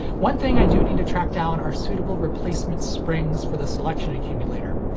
one thing i do need to track down are suitable replacement springs for the selection accumulator.